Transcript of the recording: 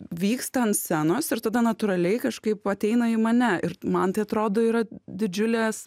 vyksta ant scenos ir tada natūraliai kažkaip ateina į mane ir man tai atrodo yra didžiulės